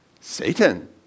Satan